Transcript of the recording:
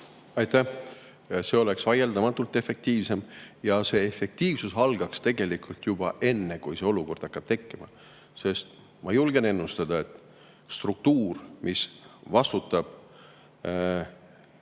Aitäh! See oleks vaieldamatult efektiivsem ja efektiivsus algaks tegelikult juba enne, kui see olukord hakkaks tekkima. Ma julgen ennustada, et struktuur, mis vastutab